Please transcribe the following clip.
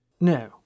No